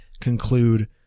conclude